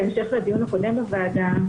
בהמשך לדיון הקודם בוועדה,